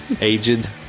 aged